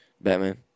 Batman